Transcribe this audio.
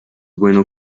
bueno